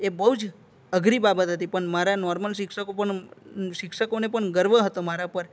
એ બહુ જ અઘરી બાબત હતી પણ મારા નોર્મલ શિક્ષકો પણ શિક્ષકોને પણ ગર્વ હતો મારા પર